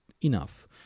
enough